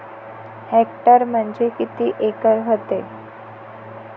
Hectare म्हणजे किती acre व्हते?